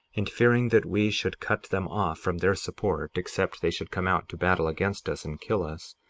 and fearing that we should cut them off from their support except they should come out to battle against us and kill us,